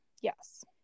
yes